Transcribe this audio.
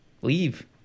leave